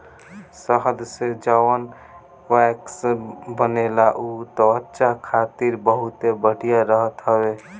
शहद से जवन वैक्स बनेला उ त्वचा खातिर बहुते बढ़िया रहत हवे